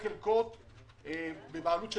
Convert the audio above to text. הייתה בזמנו החלטה להפקיע מכולם,